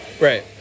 right